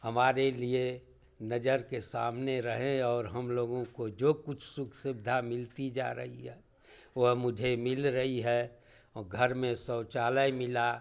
हमारे लिए नजर के सामने रहें और हम लोगों को जो कुछ सुख सुविधा मिलती जा रही है वह मुझे मिल रही है औ घर में शौचालय मिला